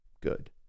good